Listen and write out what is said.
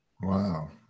Wow